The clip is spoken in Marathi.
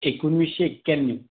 एकोणवीसशे एक्याण्णव